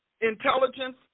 intelligence